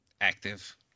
Active